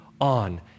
on